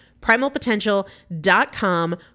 Primalpotential.com